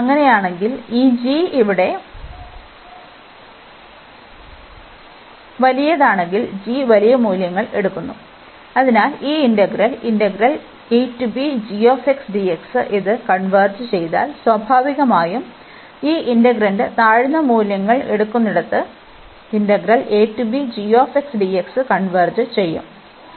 അങ്ങനെയാണെങ്കിൽ ഈ g ഇവിടെ വലിയതാണെങ്കിൽ g വലിയ മൂല്യങ്ങൾ എടുക്കുന്നു അതിനാൽ ഈ ഇന്റഗ്രൽ ഇത് കൺവെർജ് ചെയ്താൽ സ്വാഭാവികമായും ഈ ഇന്റെഗ്രാന്റ് താഴ്ന്ന മൂല്യങ്ങൾ എടുക്കുന്നിടത്ത് കൺവെർജ് ചെയ്യുo